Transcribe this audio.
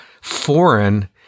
foreign